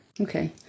Okay